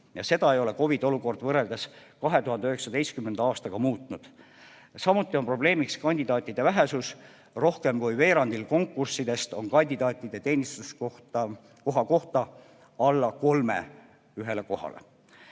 ja seda ei ole COVID-olukord võrreldes 2019. aastaga muutnud. Samuti on probleemiks kandidaatide vähesus. Rohkem kui veerandil konkurssidest on kandidaate teenistuskohale alla kolme ühele kohale.